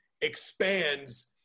expands